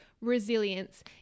resilience